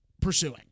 pursuing